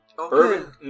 Urban